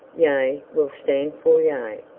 yea will stand for yea,